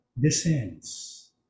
descends